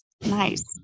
Nice